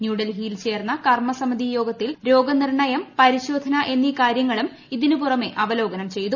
ന്യൂഡൽഹിയിൽ ചേർന്ന കർമ്മസമിതി യോഗത്തിൽ രോഗനിർണ്ണയം പരിശോധന എന്നീ കാര്യങ്ങളും ഇതിനു പുറമേ അവലോകനം ചെയ്തു